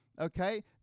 Okay